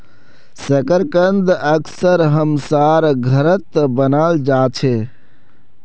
शकरकंद अक्सर हमसार घरत बनाल जा छे